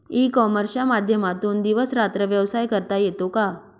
E कॉमर्सच्या माध्यमातून दिवस रात्र व्यवसाय करता येतो का?